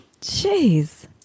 Jeez